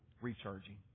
recharging